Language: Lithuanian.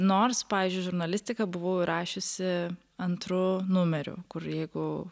nors pavyzdžiui žurnalistiką buvau įrašiusi antru numeriu kur jeigu